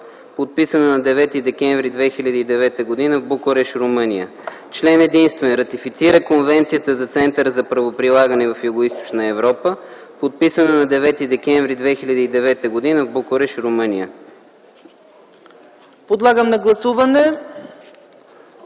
подписана на 9 декември 2009 г. в Букурещ, Румъния Член единствен. Ратифицира Конвенцията за Центъра за правоприлагане в Югоизточна Европа, подписана на 9 декември 2009 г. в Букурещ, Румъния.” ПРЕДСЕДАТЕЛ ЦЕЦКА